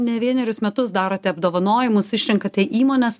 ne vienerius metus darote apdovanojimus išrenkate įmones